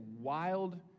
wild